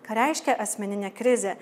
ką reiškia asmeninė krizė